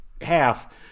half